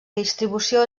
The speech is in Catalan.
distribució